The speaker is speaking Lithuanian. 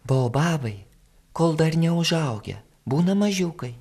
baobabai kol dar neužaugę būna mažiukai